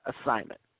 assignment